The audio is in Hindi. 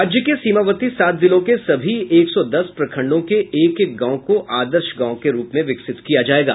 राज्य के सीमावर्ती सात जिलों के सभी एक सौ दस प्रखंडों के एक एक गांव को आदर्श गांव के रूप में विकसित किया जायेगा